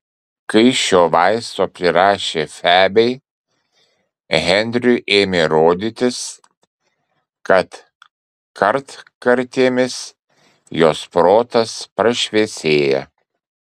kai šio vaisto prirašė febei henriui ėmė rodytis kad kartkartėmis jos protas prašviesėja